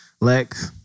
Lex